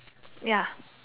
ya